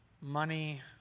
money